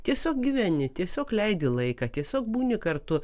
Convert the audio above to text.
tiesiog gyveni tiesiog leidi laiką tiesiog būni kartu